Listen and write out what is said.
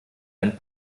einen